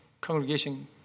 congregation